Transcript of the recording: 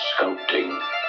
sculpting